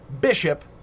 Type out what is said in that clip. bishop